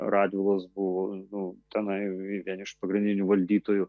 radvilos buvo nu tenai vieni iš pagrindinių valdytojų